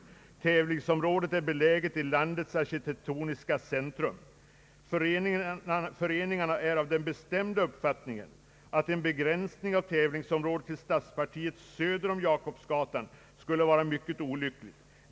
Tävlingsområdet är beläget i landets arkitektoniska centralpunkt. ——— Föreningarna är av den bestämda uppfattningen att en begränsning av tävlingsområdet = till stadspartiet söder om Jakobsgatan skulle vara mycket olycklig.